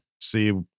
See